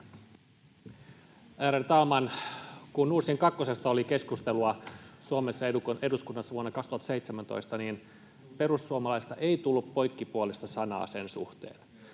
talman! Kun Nord Stream kakkosesta oli keskustelua Suomen eduskunnassa vuonna 2017, niin perussuomalaisista ei tullut poikkipuolista sanaa sen suhteen.